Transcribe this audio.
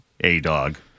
A-Dog